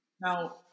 Now